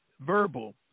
verbal